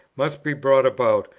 must be brought about,